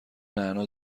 نعنا